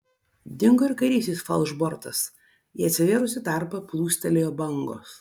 dingo ir kairysis falšbortas į atsivėrusį tarpą plūstelėjo bangos